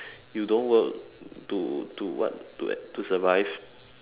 you don't work to to what to to survive